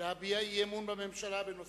להביע אי-אמון בממשלה בנושא: